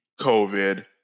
COVID